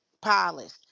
Polished